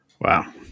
Wow